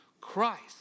Christ